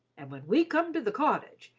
and when we come to the cottage,